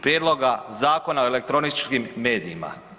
Prijedloga Zakona o elektroničkim medijima.